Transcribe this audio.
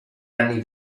anni